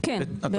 כן, בהחלט.